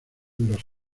los